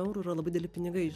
eurų yra labai dideli pinigai